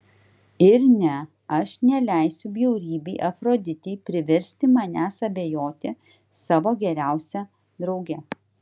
ir ne aš neleisiu bjaurybei afroditei priversti manęs abejoti savo geriausia drauge